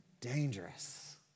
dangerous